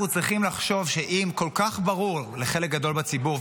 אנחנו צריכים לחשוב שאם כל כך ברור לחלק גדול בציבור,